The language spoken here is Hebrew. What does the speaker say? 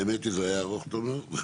האמת, זה היה ארוך תומר.